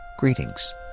Greetings